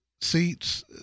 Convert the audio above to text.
seats